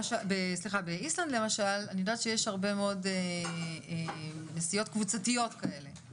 באיסלנד למשל אני יודעת שיש הרבה מאוד נסיעות קבוצתיות כאלה.